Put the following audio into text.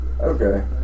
Okay